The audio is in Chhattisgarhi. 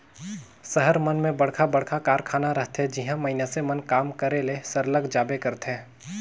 सहर मन में बड़खा बड़खा कारखाना रहथे जिहां मइनसे मन काम करे ले सरलग जाबे करथे